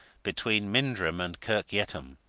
between mindrum and kirk yetholm